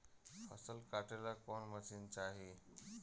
फसल काटेला कौन मशीन चाही?